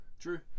True